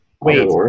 Wait